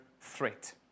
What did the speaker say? threat